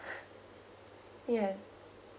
yes